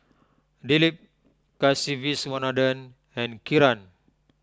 Dilip Kasiviswanathan and Kiran